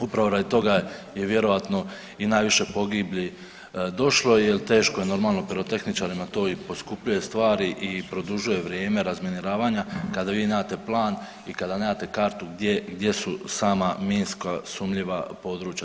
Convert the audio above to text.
Upravo radi toga je vjerojatno i najviše pogibelji došlo jel teško je normalno pirotehničarima to i poskupljuje stvari i produžuje vrijeme razminiravanja kada vi nemate plan i kada nemate kartu gdje su sama minska sumnjiva područja.